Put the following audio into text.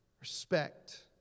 respect